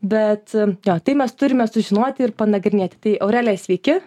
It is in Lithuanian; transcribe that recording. bet jo tai mes turime sužinoti ir panagrinėti tai aurelija sveiki